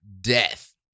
death